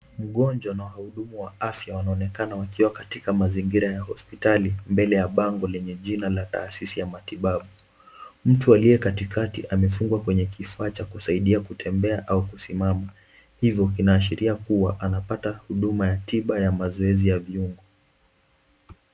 Mgonjwa na wahudumu wa afya wanaonekana wakiwa katika mazingira ya hospitali mbele ya pango lenye jina la Tahasisi ya matibabu. Mtu aliye katikati amefungwa kwenye kifaa cha kusaidia kutembea au kusimama ivo inaashiria kuwa anapata huduma ya tiba ya mazoezi ya viungo.